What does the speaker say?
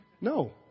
No